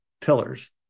pillars